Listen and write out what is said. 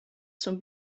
some